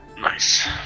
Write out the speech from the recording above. Nice